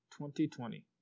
2020